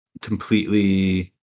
completely